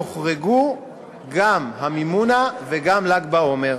יוחרגו גם המימונה וגם ל"ג בעומר.